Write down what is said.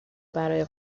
برای